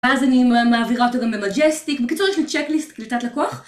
ואז אני מעבירה אותו גם במג'סטיק. בקיצור יש לי צ'קליסט קליטת לקוח.